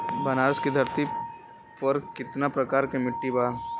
बनारस की धरती पर कितना प्रकार के मिट्टी बा?